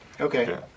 okay